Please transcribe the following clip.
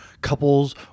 couples